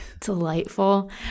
delightful